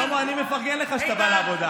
שלמה, אני מפרגן לך שאתה בא לעבודה.